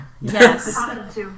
Yes